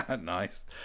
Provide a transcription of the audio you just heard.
Nice